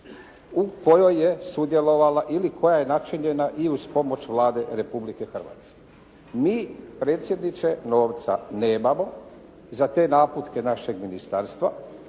u kojoj je sudjelovala ili koja je načinjena i uz pomoć Vlade Republike Hrvatske. Mi predsjedniče novca nemamo za te naputke našeg ministarstva